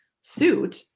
suit